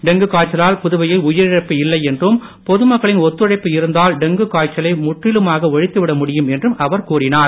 dengue காய்ச்சலால் புதுவையில் உயிரழப்பு இல்லை என்றும் பொதுமக்களின் ஒத்துழைப்பு இருந்தால் டெங்கு காய்ச்சல் முற்றிலுமாக ஒழித்துவிட முடியும் என்றும் அவர் கூறினார்